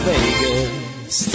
Vegas